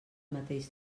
mateix